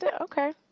Okay